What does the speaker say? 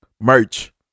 merch